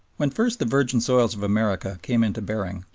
when first the virgin soils of america came into bearing,